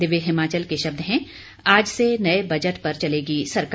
दिव्य हिमाचल के शब्द हैं आज से नए बजट पर चलेगी सरकार